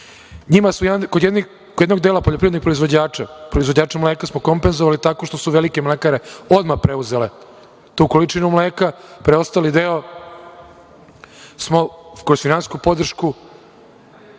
problema. Kod jednog dela poljoprivrednih proizvođača, proizvođača mleka smo kompenzovali tako što su velike mlekare odmah preuzele tu količinu mleka, preostali deo smo, kao finansijsku podršku,